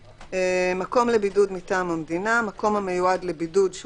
מקום לבידוד מטעם המדינה" מקום המיועד לבידוד שהוא